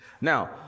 Now